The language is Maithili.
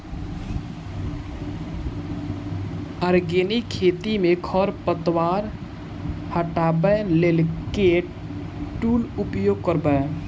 आर्गेनिक खेती मे खरपतवार हटाबै लेल केँ टूल उपयोग करबै?